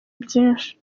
byinshi